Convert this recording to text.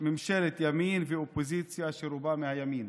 ממשלת ימין ואופוזיציה שרובה מהימין,